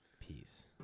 Peace